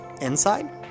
inside